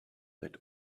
that